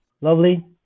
lovely